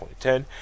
2010